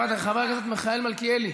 חבר הכנסת מיכאל מלכיאלי,